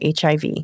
HIV